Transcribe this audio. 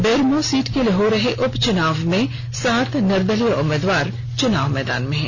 Bermo seat के लिए हो रहे उपच्नाव में सात निर्दलीय उम्मीदवार चुनाव मैदान में हैं